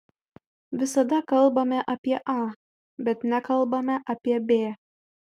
visada kalbame apie a bet nekalbame apie b